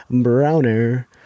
Browner